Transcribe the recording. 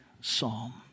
psalm